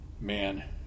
man